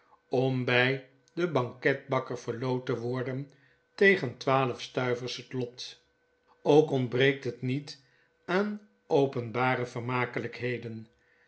om by den banketbakker verloot te worden tegen twaalf stuivers het lot ook ontbreekt het niet aan openbare vermakelpheden